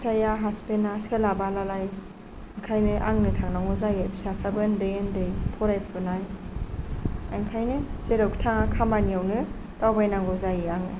फिसाइया हासबेन्डा सोलाबा नालाय ओंखायनो आंनो थांनांगौ जायो फिसाफ्राबो उन्दै उन्दै फरायफुनाय ओंखायनो जेरावखि थाङा खामानियावनो दावबायनांगौ जायो आङो